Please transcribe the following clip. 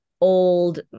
old